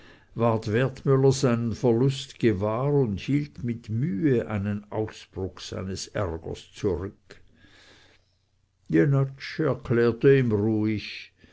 wertmüller seinen verlust gewahr und hielt mit mühe einen ausbruch seines ärgers zurück jenatsch erklärte ihm ruhig